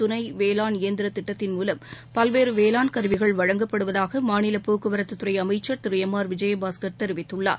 துணை வேளாண் இயந்திர திட்டத்தின் மூலம் பல்வேறு வேளாண் கருவிகள் வழங்கப்படுவதாக மாநில போக்குவரத்துத்துறை அமைச்சர் திரு எம் ஆர் விஜயபாஸ்கர் தெரிவித்துள்ளார்